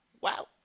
Wow